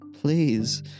please